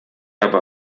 aber